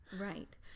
right